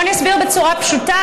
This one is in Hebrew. בואו אני אסביר בצורה פשוטה.